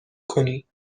کنی